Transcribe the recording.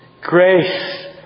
Grace